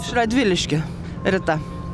iš radviliškio rita